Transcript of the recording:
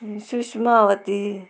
Sushmavati